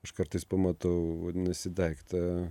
aš kartais pamatau vadinasi daiktą